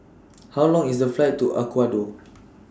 How Long IS The Flight to Ecuador